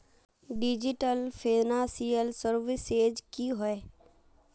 Digital financial services की होय?